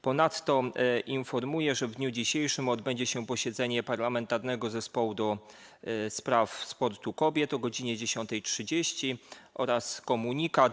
Ponadto informuję, że w dniu dzisiejszym odbędzie się posiedzenie Parlamentarnego Zespołu ds. Sportu Kobiet - o godz. 10.30. Komunikat.